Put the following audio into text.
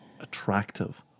attractive